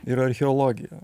ir archeologiją